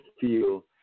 feel